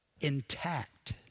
intact